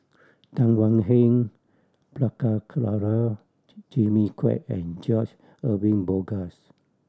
Tan Thuan Heng Prabhakara Jimmy Quek and George Edwin Bogaars